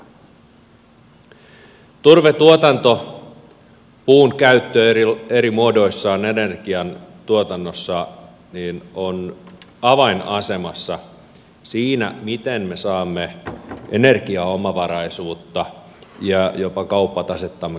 turvetuotanto ja puun käyttö eri muodoissaan energiantuotannossa ovat avainasemassa siinä miten me saamme energiaomavaraisuutta ja jopa kauppatasettamme korjattua